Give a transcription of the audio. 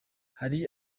hari